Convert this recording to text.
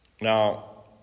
Now